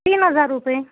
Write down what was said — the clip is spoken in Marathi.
तीन हजार रुपये